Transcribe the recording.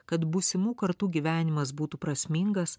kad būsimų kartų gyvenimas būtų prasmingas